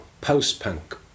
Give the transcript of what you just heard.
post-punk